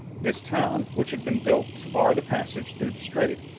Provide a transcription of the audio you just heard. this town, which had been built to bar the passage through the strait,